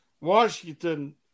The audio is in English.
Washington